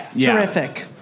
Terrific